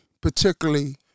particularly